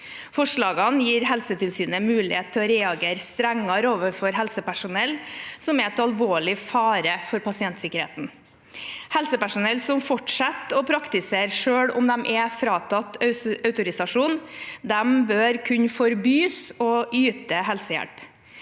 Forslagene gir Helsetilsynet mulighet til å reagere strengere overfor helsepersonell som er til alvorlig fare for pasientsikkerheten. Helsepersonell som fortsetter å praktisere selv om de er fratatt autorisasjon, bør kunne forbys å yte helsehjelp.